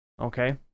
Okay